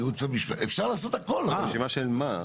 אפשר לעשות הכול, רק של מה?